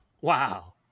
Wow